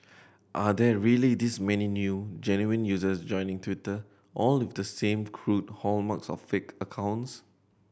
are there really this many new genuine users joining Twitter all with the same crude hallmarks of fake accounts